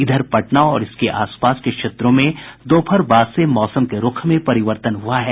इधर पटना और इसके आसपास के क्षेत्रों में दोपहर बाद से मौसम के रूख में परिवर्तन हुआ है